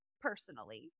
personally